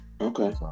Okay